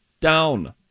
down